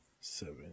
seven